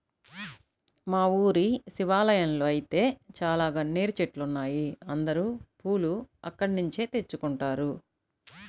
మా ఊరి శివాలయంలో ఐతే చాలా గన్నేరు చెట్లున్నాయ్, అందరూ పూలు అక్కడ్నుంచే తెచ్చుకుంటారు